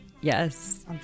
yes